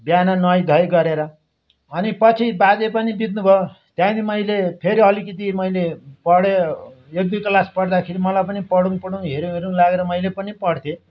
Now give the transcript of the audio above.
बिहान नुहाइ धुवाइ गरेर अनि पछि बाजे पनि बित्नु भयो त्यहाँदेखि मैले फेरि अलिकिति मैले पढेँ एक दुई क्लास पढ्दाखेरि मलाई पनि पढौँ पढौँ हेरौँ हेरौँ लागेर मैले पनि पढ्थेँ